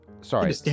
sorry